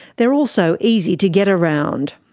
they are also easy to get around.